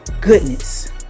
goodness